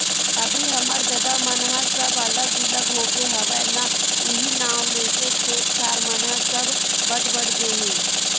अभी हमर ददा मन ह सब अलग बिलग होगे हवय ना उहीं नांव लेके खेत खार मन ह सब बट बट गे हे